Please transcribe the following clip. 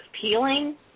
peeling